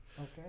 Okay